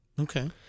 Okay